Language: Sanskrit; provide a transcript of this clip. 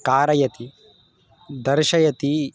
कारयति दर्शयति